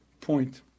point